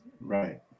right